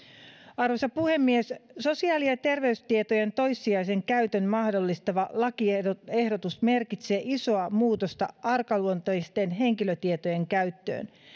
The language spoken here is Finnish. arvoisa puhemies sosiaali ja terveystietojen toissijaisen käytön mahdollistava lakiehdotus merkitsee isoa muutosta arkaluonteisten henkilötietojen käyttöön